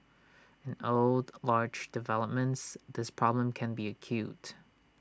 in old large developments this problem can be acute